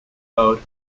code